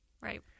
right